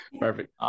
Perfect